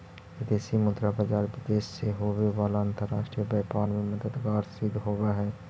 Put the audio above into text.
विदेशी मुद्रा बाजार विदेश से होवे वाला अंतरराष्ट्रीय व्यापार में मददगार सिद्ध होवऽ हइ